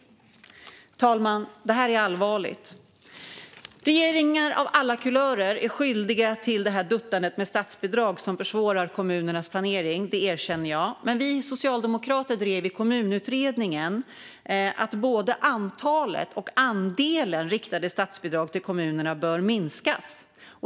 Fru talman! Detta är allvarligt. Regeringar av alla kulörer är skyldiga till duttandet med statsbidrag som försvårar kommunernas planering. Det erkänner jag. Men vi socialdemokrater drev i Kommunutredningen att både antalet och andelen riktade statsbidrag till kommunerna bör minskas.